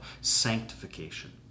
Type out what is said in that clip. sanctification